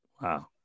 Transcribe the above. Wow